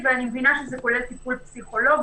ואני מבינה שזה כולל טיפול פסיכולוגי.